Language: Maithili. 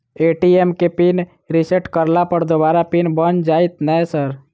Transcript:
ए.टी.एम केँ पिन रिसेट करला पर दोबारा पिन बन जाइत नै सर?